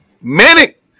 Manic